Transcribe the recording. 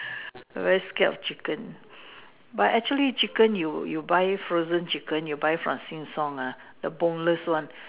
very scared of chicken but actually you you buy frozen chicken you buy from Sheng-Siong ah the Boneless one